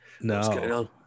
no